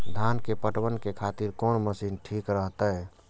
धान के पटवन के खातिर कोन मशीन ठीक रहते?